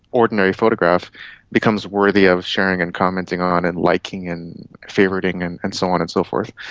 ordinary photograph becomes worthy of sharing and commenting on and liking and favouriting and and so on and so forth.